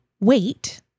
wait